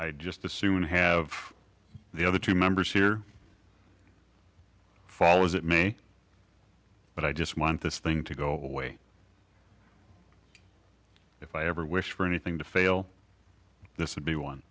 i just assume to have the other two members here fall is it me but i just want this thing to go away if i ever wish for anything to fail this would be one